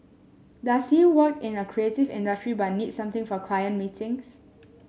does he work in a creative industry but needs something for client meetings